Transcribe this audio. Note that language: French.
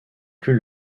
plus